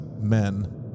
men